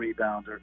rebounder